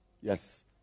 Yes